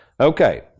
Okay